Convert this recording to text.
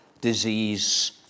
disease